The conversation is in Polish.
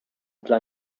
dla